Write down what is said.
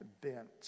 bent